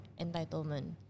entitlement